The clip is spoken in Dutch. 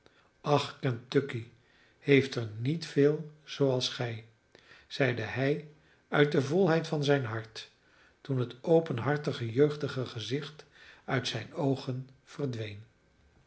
ach kentucky heeft er niet veel zooals gij zeide hij uit de volheid van zijn hart toen het openhartige jeugdige gezicht uit zijne oogen verdween